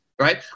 Right